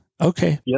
Okay